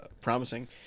promising